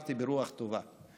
דיברתי ברוח טובה,